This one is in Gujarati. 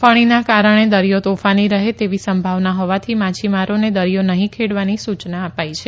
ફણીના કારણે દરિયો તોફાની રહે તેવી સંભાવના હોવાથી માછીમારોને દરિયો નહીં ખડેવાની સુયના અપાઇ છે